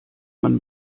man